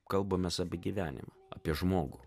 kalbamės apie gyvenimą apie žmogų